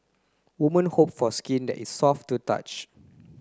women hope for skin that it's soft to touch